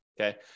okay